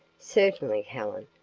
certainly, helen,